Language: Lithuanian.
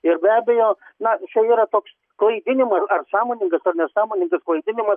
ir be abejo na čia yra toks klaidinimas ar sąmoningas ar nesąmoningas klaidinimas